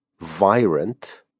Virant